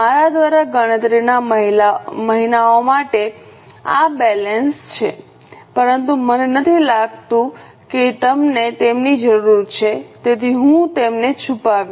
મારા દ્વારા ગણતરીના મહિનાઓ માટે આ બેલેન્સ છે પરંતુ મને નથી લાગતું કે તમને તેમની જરૂર છે તેથી હું તેમને છુપાવીશ